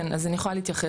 כן, אז אני יכולה להתייחס.